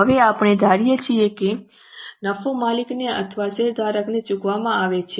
હવે આપણે ધારીએ છીએ કે તે નફો માલિકને અથવા શેરધારકોને ચૂકવવામાં આવે છે